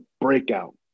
breakout